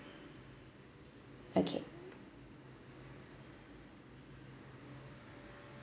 okay